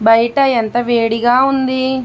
బయట ఎంత వేడిగా ఉంది